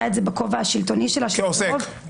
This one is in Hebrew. את זה בכובע השלטוני שלה --- כעוסק.